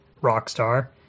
Rockstar